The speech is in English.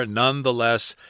nonetheless